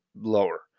lower